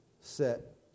set